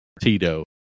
Tito